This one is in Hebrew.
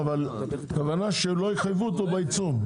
הכוונה שלא יחייבו אותו עיצום,